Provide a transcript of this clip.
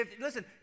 Listen